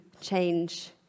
change